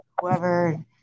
whoever